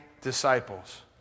disciples